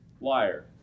Liar